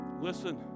Listen